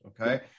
Okay